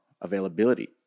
availability